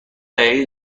دلیلی